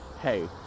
hey